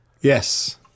Yes